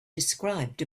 described